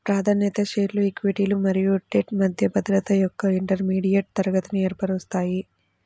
ప్రాధాన్యత షేర్లు ఈక్విటీలు మరియు డెట్ మధ్య భద్రత యొక్క ఇంటర్మీడియట్ తరగతిని ఏర్పరుస్తాయి